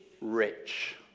rich